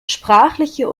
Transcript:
sprachliche